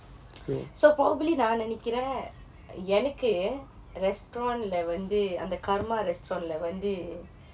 so probably நான் நினைக்கிறேன் எனக்கு:naan ninaikkiren enakku restaurant லே வந்து அந்த:le vanthu antha karma restaurant லே வந்து:le vanthu